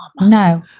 No